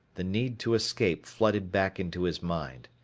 the need to escape flooded back into his mind.